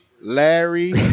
Larry